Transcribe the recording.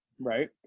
Right